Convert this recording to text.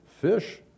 fish